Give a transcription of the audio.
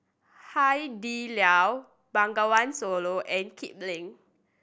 Hai Di Lao Bengawan Solo and Kipling